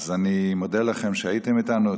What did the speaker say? אז אני מודה לכם על שהייתם איתנו.